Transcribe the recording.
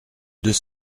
deux